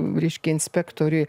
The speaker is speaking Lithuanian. reiškia inspektoriui